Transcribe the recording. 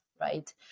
right